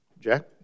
Jack